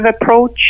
approach